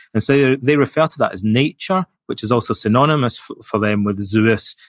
and so, they refer to that as nature, which is also synonymous for them with zeus.